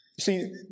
See